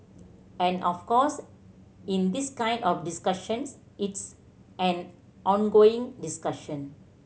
and of course in this kind of discussions it's an ongoing discussion